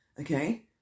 Okay